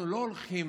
אנחנו לא הולכים